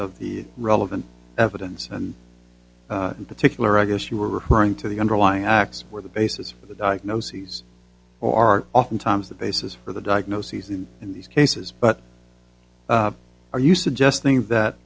of the relevant evidence and in particular i guess you were referring to the underlying acts were the basis for the diagnoses or are oftentimes the basis for the diagnoses and in these cases but are you suggesting that